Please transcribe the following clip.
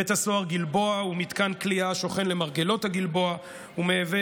בית הסוהר גלבוע הוא מתקן כליאה השוכן למרגלות הגלבוע ומהווה